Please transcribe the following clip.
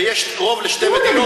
ויש רוב לשתי מדינות,